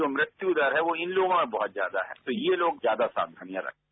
जो मृत्यूदर है वो इन लोगों में बहत ज्यादा है तो ये लोग ज्यादा सावधानियां बरतें